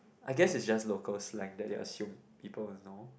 I guess is just local slang they assume people will know